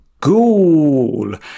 ghoul